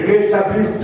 Rétablir